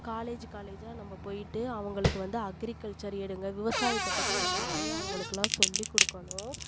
college காலேஜாக நம்ம போயிட்டு அவுஙகளுக்கு வந்து அக்ரிகல்சர் எடுங்க விவசாயத்தை பற்றி நம்ம நிறைய அவங்களுக்குலாம் சொல்லி கொடுக்கணும்